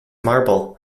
marble